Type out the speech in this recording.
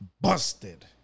busted